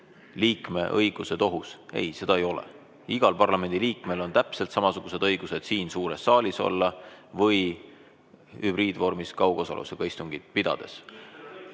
õigused ohus. Ei, seda ei ole. Igal parlamendiliikmel on täpselt samasugused õigused siin suures saalis olles või hübriidvormis, kaugosalusega istungit pidades.